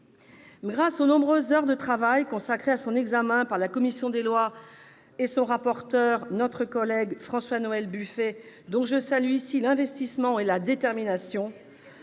grâce aux nombreuses heures de travail consacrées à son examen par la commission des lois et son rapporteur, notre collègue François-Noël Buffet, dont je salue l'investissement et la détermination,